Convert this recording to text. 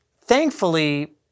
Thankfully